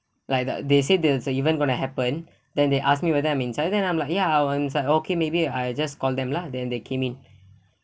like the they said there's a even going to happen then they ask me whether I'm inside then I'm like ya I were inside okay maybe I just call them lah then they came in